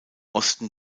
osten